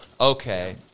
okay